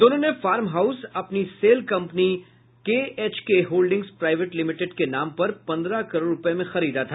दोनों ने farm house अपनी shell company KHK holdings private limited के नाम पर पंद्रह करोड़ रूपये में खरीदा था